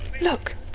Look